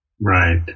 Right